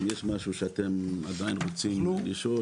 אם יש משהו שעדיין תרצו לשאול,